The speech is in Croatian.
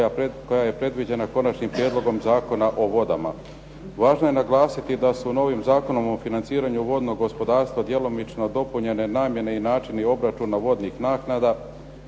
koja je predviđena konačnim prijedlogom Zakona o vodama. Važno je naglasiti da su novim Zakonom o financiranju vodnog gospodarstva djelomično dopunjene namjene i načini obračuna vodnih naknada.